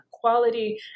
quality